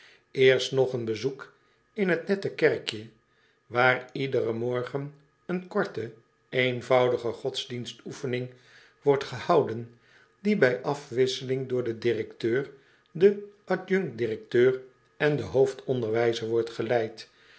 eerst nog een bezoek in het nette kerkje waar iederen morgen een korte eenvoudige godsdienstoefening wordt gehouden die bij afwisseling door den directeur den adjunct directeur en den hoofdonderwijzer wordt geleid